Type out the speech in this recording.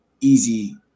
easy